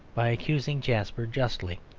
by accusing jasper justly.